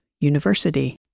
University